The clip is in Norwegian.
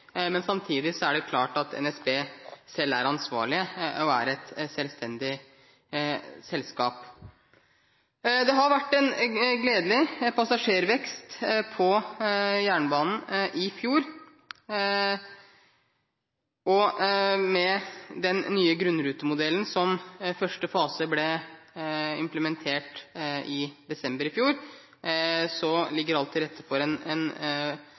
men samtidig er det klart at NSB er et ansvarlig og selvstendig selskap. Det var en gledelig passasjervekst på jernbanen i fjor. Og med den nye grunnrutemodellen, hvis første fase ble implementert i desember i fjor, ligger alt til rette for en